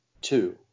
Two